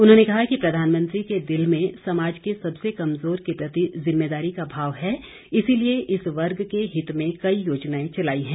उन्होंने कहा कि प्रधानमंत्री के दिल में समाज के सबसे कमजोर के प्रति जिम्मेदारी का भाव है इसीलिए इस वर्ग के हित में कई योजनाएं चलाई है